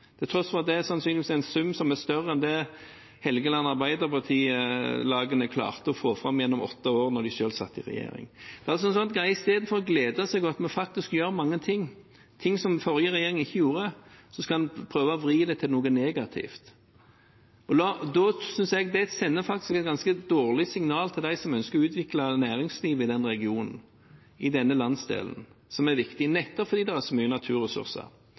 til tross for at det sannsynligvis er en sum som er større enn det Helgeland Arbeiderparti-lagene klarte å få fram gjennom åtte år da Arbeiderpartiet selv satt i regjering. Istedenfor å glede seg over at vi gjør mange ting, ting som forrige regjering ikke gjorde, skal en prøve å vri det til noe negativt. Det synes jeg sender et ganske dårlig signal til dem som ønsker å utvikle næringslivet i den regionen, i den landsdelen, som er viktig nettopp fordi det er så mange naturressurser,